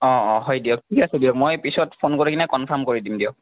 অঁ অঁ হয় দিয়ক ঠিক আছে দিয়ক মই পিছত ফোন কৰি পেলাই কনফাৰ্ম কৰি দিম দিয়ক